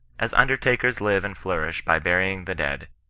as und-ertakers live and flourish by burying the dead,